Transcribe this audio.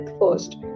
first